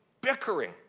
bickering